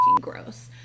gross